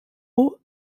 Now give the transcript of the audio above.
haut